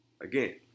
again